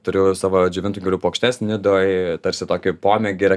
turiu savo džiovintų gėlių puokštes nidoj tarsi tokį pomėgį